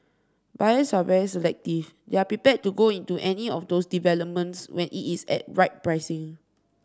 buyers are very selective they are prepared to go into any of those developments where it is at right pricing